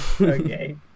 Okay